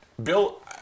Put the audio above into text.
Bill